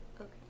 Okay